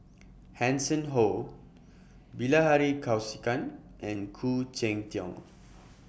Hanson Ho Bilahari Kausikan and Khoo Cheng Tiong